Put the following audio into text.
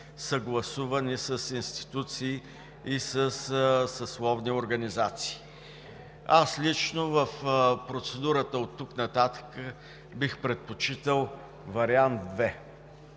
съгласувано и с институции, и със съсловни организации. Аз лично в процедурата оттук нататък бих предпочитал Вариант 2.